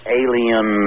alien